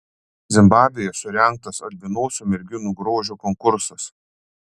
zimbabvėje surengtas albinosių merginų grožio konkursas